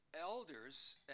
elders